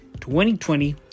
2020